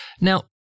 Now